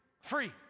Free